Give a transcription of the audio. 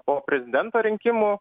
po prezidento rinkimų